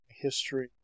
History